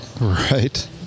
Right